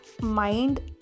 mind